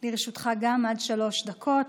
גם לרשותך עד שלוש דקות,